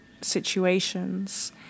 situations